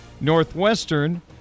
Northwestern